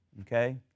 okay